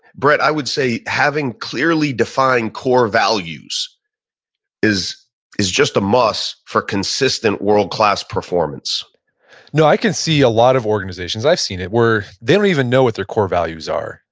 brett, i would say having clearly defined core values is is just a must for consistent world-class performance no, i can see a lot of organizations, i've seen it where they don't even know what their core values are.